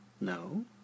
No